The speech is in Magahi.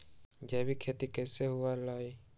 जैविक खेती कैसे हुआ लाई?